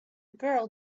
girl